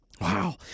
Wow